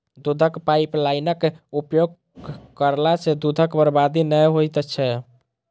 दूधक पाइपलाइनक उपयोग करला सॅ दूधक बर्बादी नै होइत छै